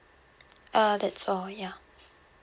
uh that's all ya